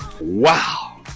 wow